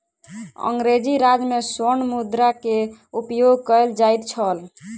अंग्रेजी राज में स्वर्ण मुद्रा के उपयोग कयल जाइत छल